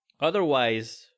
Otherwise